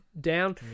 down